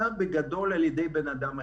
נעשה בגדול על ידי בן אדם אחד,